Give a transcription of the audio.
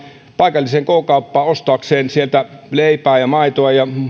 paikalliseen k kauppaan ostaakseen sieltä leipää ja maitoa ja